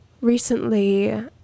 Recently